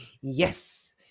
Yes